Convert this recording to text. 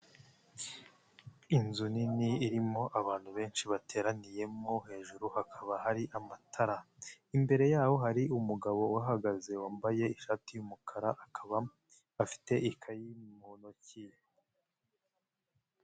Inzu nini irimo abantu benshi bateraniyemo, hejuru hakaba hari amatara, imbere yaho hari umugabo uhagaze wambaye ishati y'umukara, akaba bafite ikayi mu ntoki.